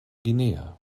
guinea